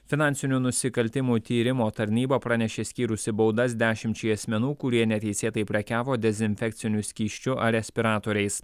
finansinių nusikaltimų tyrimo tarnyba pranešė skyrusi baudas dešimčiai asmenų kurie neteisėtai prekiavo dezinfekciniu skysčiu ar respiratoriais